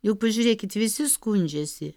juk pažiūrėkit visi skundžiasi